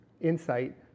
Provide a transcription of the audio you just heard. insight